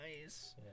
nice